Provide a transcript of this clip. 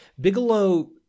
Bigelow